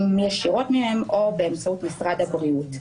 ישירות מהם או באמצעות משרד הבריאות.